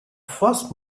first